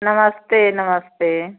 नमस्ते नमस्ते